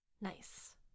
nice